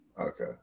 Okay